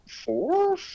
four